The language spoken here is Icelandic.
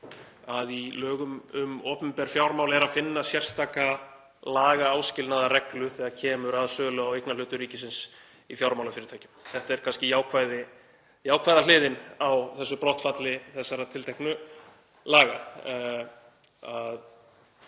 að í lögum um opinber fjármál er að finna sérstaka lagaáskilnaðarreglu þegar kemur að sölu á eignarhlutum ríkisins í fjármálafyrirtækjum. Þetta er kannski jákvæða hliðin á brottfalli þessara tilteknu laga, að